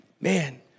Man